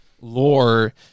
lore